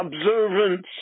observance